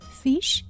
fish